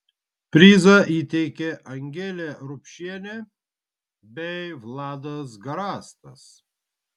prizą įteikė angelė rupšienė bei vladas garastas